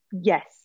yes